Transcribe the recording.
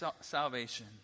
salvation